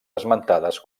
esmentades